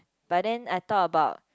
but then I thought about